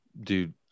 dude